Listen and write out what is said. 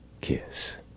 kiss